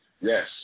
Yes